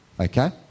Okay